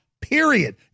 period